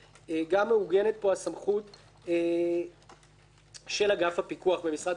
גם מעוגנת פה הסמכות של אגף הפיקוח במשרד החקלאות,